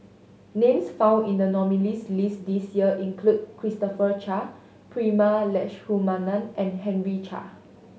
names found in the nominees' list this year include Christopher Chia Prema Letchumanan and Henry Chia